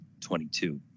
2022